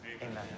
Amen